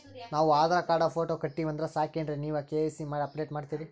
ನಾವು Aadhaar card, photo ಕೊಟ್ಟೀವಂದ್ರ ಸಾಕೇನ್ರಿ ನೀವ ಕೆ.ವೈ.ಸಿ ಅಪಡೇಟ ಮಾಡ್ತೀರಿ?